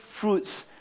fruits